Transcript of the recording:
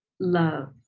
love